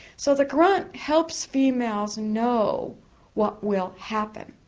so the grunt helps females know what will happen.